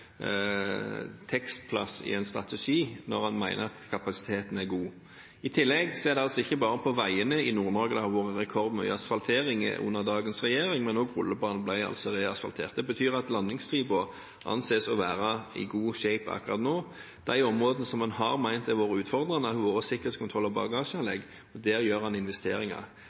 i en strategi, når en mener at kapasiteten er god. I tillegg er det altså ikke bare på veiene i Nord-Norge det har vært rekordmye asfaltering under dagens regjering, men også rullebanen ble reasfaltert. Det betyr at landingsstripen anses å være i god «shape» akkurat nå. De områdene som man har ment har vært utfordrende, har vært sikkerhetskontroll og